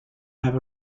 have